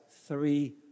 three